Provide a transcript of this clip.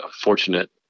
fortunate